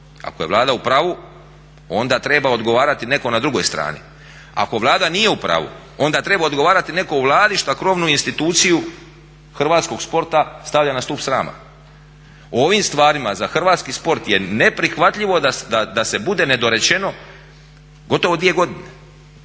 Ako je Vlada u pravu onda treba odgovarati netko na drugoj strani, ako Vlada nije u pravu onda treba odgovarati neko u Vladi što krovnu instituciju hrvatskog sporta stavlja na stup srama. O ovim stvarima za hrvatski sport je neprihvatljivo da se bude nedorečeno gotovo dvije godine.